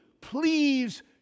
Please